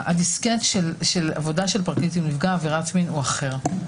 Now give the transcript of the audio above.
הדיסקט של עבודה של פרקליט עם נפגע עבירת מין הוא אחר.